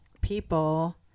people